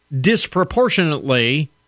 disproportionately